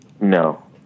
no